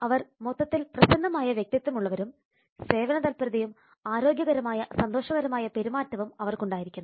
അവർ മൊത്തത്തിൽ പ്രസന്നമായ വ്യക്തിത്വമുള്ളവരും സേവന തൽപരതയും ആരോഗ്യകരമായ സന്തോഷകരമായ പെരുമാറ്റവും അവർക്കുണ്ടായിരിക്കണം